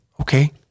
okay